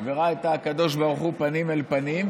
וראה את הקדוש ברוך הוא פנים אל פנים,